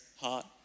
heart